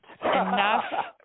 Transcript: enough